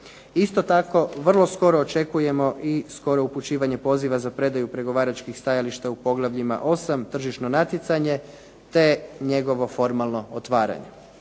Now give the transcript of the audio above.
Isto tako, vrlo skoro očekujemo i skoro upućivanje poziva za predaju pregovaračkih stajališta u poglavljima 8 – Tržišno natjecanje te njegovo formalno otvaranje.